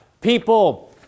people